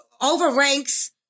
overranks